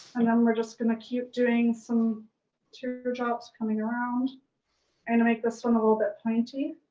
and then we're just gonna keep doing some teardrops coming around and make this um a little bit pointy,